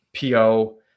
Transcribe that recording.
PO